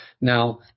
now